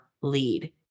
lead